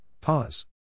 pause